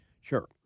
Sure